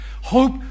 hope